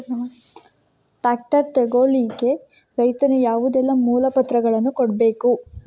Tractor ತೆಗೊಳ್ಳಿಕೆ ರೈತನು ಯಾವುದೆಲ್ಲ ಮೂಲಪತ್ರಗಳನ್ನು ಕೊಡ್ಬೇಕು?